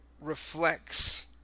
reflects